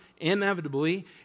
inevitably